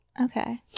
Okay